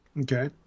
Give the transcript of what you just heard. Okay